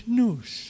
news